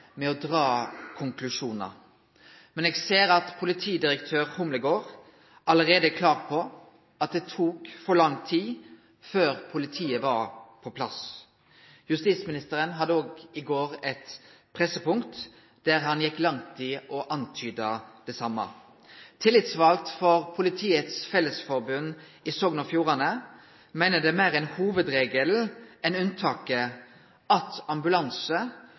med å dra konklusjonar, men eg ser at politidirektør Humlegård allereie er klar på at det tok for lang tid før politiet var på plass, og justisministeren hadde i går eit pressepunkt der han gjekk langt i å antyde det same. Tillitsvald for Politiets Fellesforbund i Sogn og Fjordane meiner det er meir ein hovudregel enn eit unntak at ambulanse